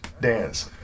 dance